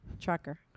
Trucker